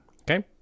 Okay